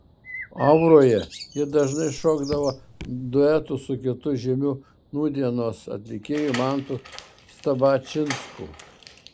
auroje ji dažnai šokdavo duetu su kitu žymiu nūdienos atlikėju mantu stabačinsku